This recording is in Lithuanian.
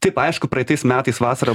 taip aišku praeitais metais vasarą